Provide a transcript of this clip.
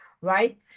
right